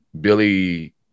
Billy